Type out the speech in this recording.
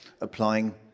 applying